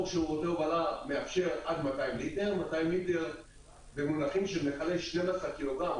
חוק שירותי הובלה מאפשר עד 200 ליטר במונחים של מכלי 12 קילוגרם,